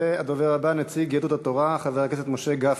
הדובר הבא, נציג יהדות התורה, חבר הכנסת משה גפני.